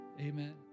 Amen